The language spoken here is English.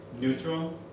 Neutral